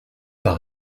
par